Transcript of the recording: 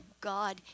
God